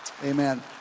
Amen